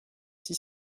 six